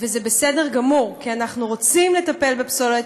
וזה בסדר גמור, כי אנחנו רוצים לטפל בפסולת,